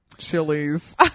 Chilies